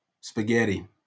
spaghetti